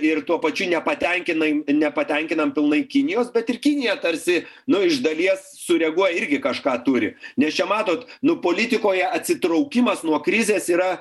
ir tuo pačiu nepatenkinai nepatenkinam pilnai kinijos bet ir kinija tarsi nu iš dalies sureaguoja irgi kažką turi nes čia matot nu politikoje atsitraukimas nuo krizės yra